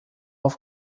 auf